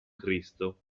cristo